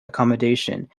accommodation